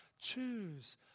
Choose